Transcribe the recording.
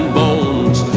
bones